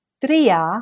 tria